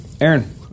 Aaron